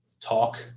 talk